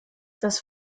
das